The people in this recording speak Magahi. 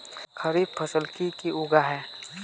खरीफ फसल की की उगैहे?